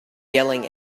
yelling